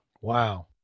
Wow